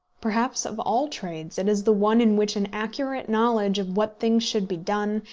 perhaps of all trades it is the one in which an accurate knowledge of what things should be done,